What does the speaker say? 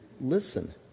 listen